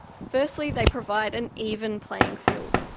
firstly they provide an even playing field.